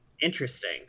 interesting